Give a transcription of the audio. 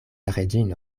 reĝino